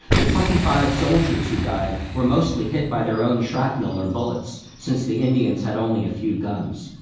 the twenty-five soldiers who died were mostly hit by their own shrapnel or bullets, since the indians had only a few guns.